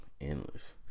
endless